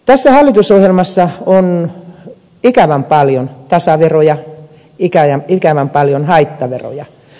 tässä hallitusohjelmassa on ikävän paljon tasaveroja ikävän paljon haittaveroja